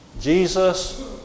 Jesus